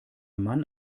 mann